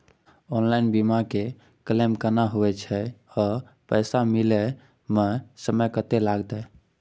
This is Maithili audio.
ऑनलाइन बीमा के क्लेम केना होय छै आ पैसा मिले म समय केत्ते लगतै?